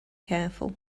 careful